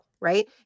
right